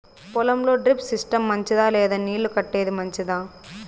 పొలం లో drip system మంచిదా లేదా నీళ్లు కట్టేది మంచిదా?